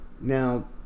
Now